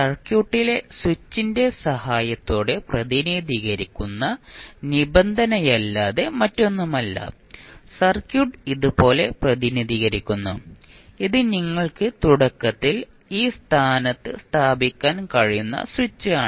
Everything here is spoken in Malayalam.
സർക്യൂട്ടിലെ സ്വിച്ചിന്റെ സഹായത്തോടെ പ്രതിനിധീകരിക്കുന്ന നിബന്ധനയല്ലാതെ മറ്റൊന്നുമല്ല സർക്യൂട്ട് ഇതുപോലെ പ്രതിനിധീകരിക്കുന്നു ഇത് നിങ്ങൾക്ക് തുടക്കത്തിൽ ഈ സ്ഥാനത്ത് സ്ഥാപിക്കാൻ കഴിയുന്ന സ്വിച്ച് ആണ്